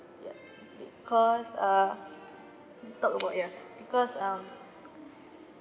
ya because err talk about ya because um